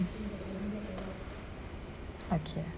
okay